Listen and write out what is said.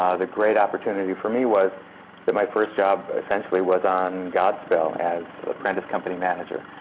ah the great opportunity for me was that my first job essentially was on godspell, as apprentice company manager.